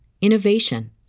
innovation